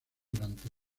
durante